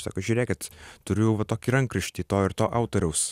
sako žiūrėkit turiu va tokį rankraštį to ir to autoriaus